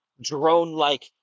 drone-like